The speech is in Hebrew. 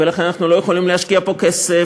ולכן אנחנו לא יכולים להשקיע פה כסף,